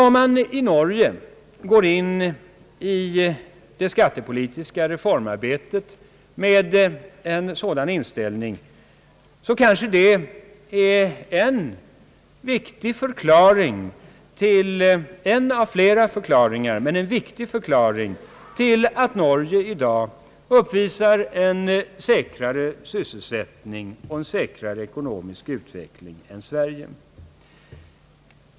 Om man i Norge går in i det skattepolitiska reformarbetet med en sådan inställning kanske det är en av flera förklaringar, men en viktig förklaring till att Norge i dag uppvisar en säkrare sysselsättning och en säkrare ekonomisk utveckling än Sverige.